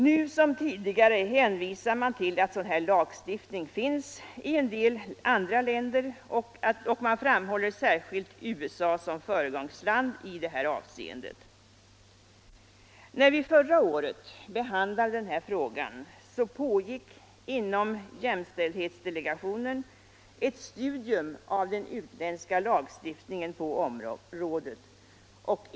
Nu som tidigare hänvisar man till att sådan lagstiftning finns i en del andra länder, och man framhåller särskilt USA som föregångsland i det avseendet. När vi förra året behandlade frågan pågick inom jämställdhetsdelegationen ett studium av den utländska lagstiftningen på området.